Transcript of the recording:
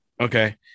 Okay